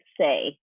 say